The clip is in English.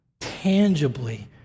tangibly